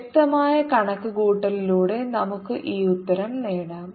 വ്യക്തമായ കണക്കുകൂട്ടലിലൂടെ നമുക്ക് ഈ ഉത്തരം നേടാം